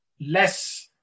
less